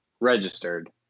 registered